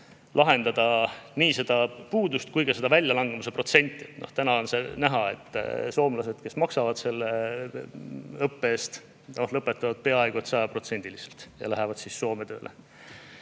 lahendada nii [veterinaaride] puudust kui ka väljalangemise protsenti. Praegu on näha, et soomlased, kes maksavad selle õppe eest, lõpetavad peaaegu sajaprotsendiliselt ja lähevad siis Soome tööle.